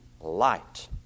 light